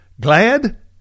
Glad